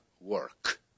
work